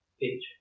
page